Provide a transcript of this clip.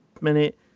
minute